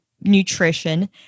nutrition